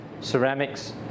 ceramics